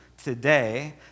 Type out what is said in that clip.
Today